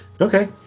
Okay